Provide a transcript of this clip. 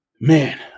Man